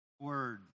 Word